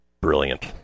brilliant